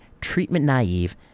treatment-naive